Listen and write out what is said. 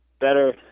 better